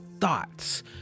thoughts